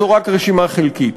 זו רק רשימה חלקית.